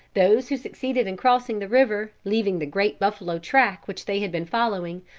those who succeeded in crossing the river, leaving the great buffalo track which they had been following,